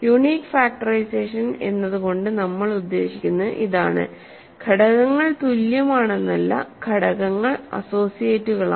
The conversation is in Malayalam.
യുണീക് ഫാക്ടറൈസേഷൻ എന്നതുകൊണ്ട് നമ്മൾ ഉദ്ദേശിക്കുന്നത് ഇതാണ് ഘടകങ്ങൾ തുല്യമാണെന്നല്ല ഘടകങ്ങൾ അസോസിയേറ്റുകളാണ്